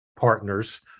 partners